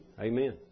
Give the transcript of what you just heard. Amen